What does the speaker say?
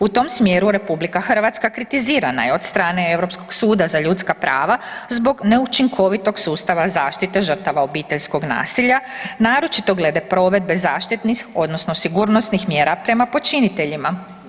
U tom smjeru RH kritizirana je od strane Europskog suda za ljudska prava zbog neučinkovitog sustava zaštite žrtava obiteljskog nasilja, naročito glede provedbe zaštitnih odnosno sigurnosnih mjera prema počiniteljima.